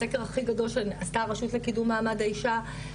הסדר הכי גדול שעשתה הרשות לקידום מעמד האישה,